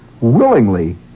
willingly